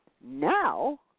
now